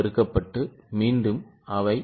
8 X 0